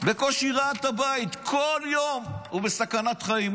בקושי ראה את הבית, כל יום הוא וחבריו